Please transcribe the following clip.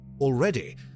already